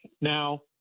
Now